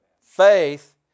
Faith